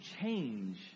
change